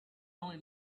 only